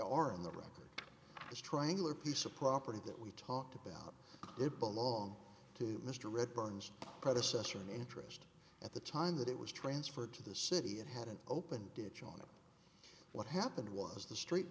are on the record as triangular piece of property that we talked about it belong to mr red burns predecessor and interest at the time that it was transferred to the city it had an open ditch on it what happened was the street